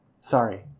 Sorry